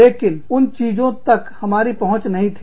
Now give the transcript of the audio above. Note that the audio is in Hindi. लेकिन उन चीजों तक हमारी पहुंच नहीं थी